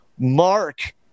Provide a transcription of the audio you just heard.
Mark